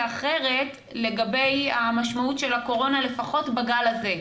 אחרת לגבי המשמעות של הקורונה לפחות בגל הזה,